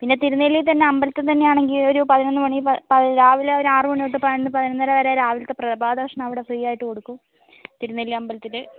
പിന്നെ തിരുനെല്ലി തന്നെ അമ്പലത്തിൽ തന്നെയാണെങ്കിൽ ഒരു പതിനൊന്ന് മണി രാവിലെ ഒരു ആറ് മണി തൊട്ട് പതിനൊന്ന് പതിനൊന്നര വരെ രാവിലത്തെ പ്രഭാത ഭക്ഷണം അവിടെ ഫ്രീയായിട്ട് കൊടുക്കും തിരുനെല്ലി അമ്പലത്തില്